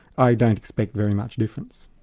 i don't expect very much difference.